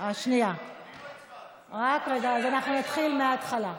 אז אנחנו נתחיל מההתחלה.